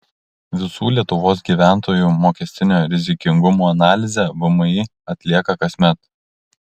visų lietuvos gyventojų mokestinio rizikingumo analizę vmi atlieka kasmet